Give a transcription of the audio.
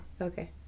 okay